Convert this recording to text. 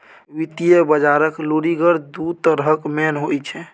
वित्तीय बजारक लुरिगर दु तरहक मेन होइ छै